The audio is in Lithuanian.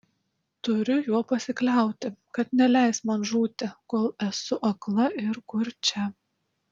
turiu juo pasikliauti kad neleis man žūti kol esu akla ir kurčia